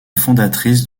fondatrice